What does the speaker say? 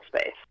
space